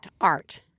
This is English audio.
art